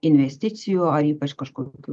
investicijų ar ypač kažkokių